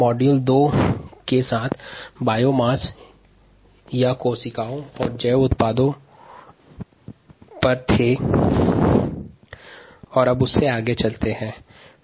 module 2 में जीवभार या कोशिका और जैव उत्पाद पर चर्चा की गयी थी